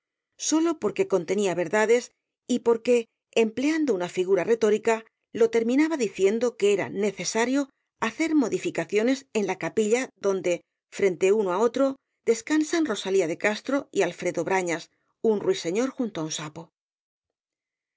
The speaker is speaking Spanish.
sólo porque contenía verdades y porque empleando una figura retórica lo terminaba diciendo que era necesario hacer modificaciones en epílogo sentimental la capilla donde frente uno á otro descansan rosalía de castro y alfredo brañas un ruiseñor junto á un sapo